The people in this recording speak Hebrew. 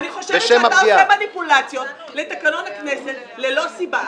אני חושבת שאתה עושה מניפולציות לתקנון הכנסת ללא סיבה.